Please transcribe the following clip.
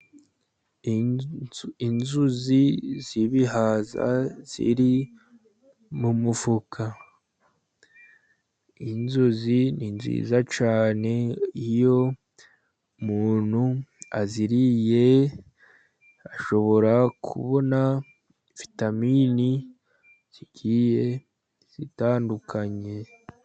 Inzuzi z’ibihaza ziri mu mufuka. Inzuzi ni nziza cyane. Iyo umuntu aziriye, ashobora kubona vitamini zigiye zitandukanye.